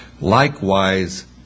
Likewise